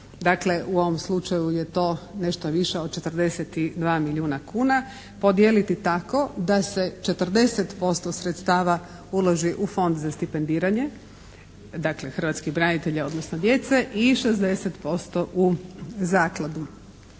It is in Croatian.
dakle u ovom slučaju je to nešto više od 42 milijuna kuna, podijeliti tako da se 40% sredstava uloži u Fond za stipendiranje dakle hrvatskih branitelja odnosno djece i 60% u zakladu.